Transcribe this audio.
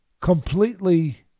Completely